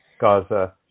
Gaza